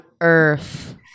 earth